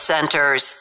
Centers